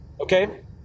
Okay